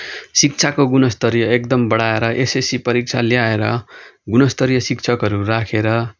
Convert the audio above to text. शिक्षाको गुणस्तरीय एकदम बढाएर एसएससी परीक्षा ल्याएर गुणस्तरीय शिक्षाकहरू राखेर